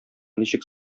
ничек